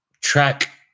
track